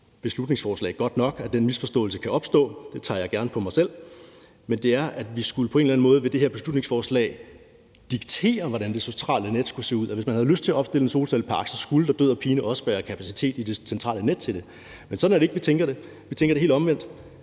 beslutningsforslag godt nok, at den misforståelse kan opstå, og det tager jeg gerne på mig selv – altså at vi med det her beslutningsforslag på en eller anden måde skulle diktere, hvordan det centrale net skulle se ud, og at der, hvis man havde lyst til at opstille en solcellepark, så død og pine også skulle være kapacitet i det centrale net til det. Men det er ikke sådan, vi tænker det. Vi tænker det helt omvendt,